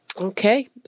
Okay